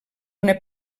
una